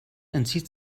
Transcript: entzieht